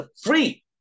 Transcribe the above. free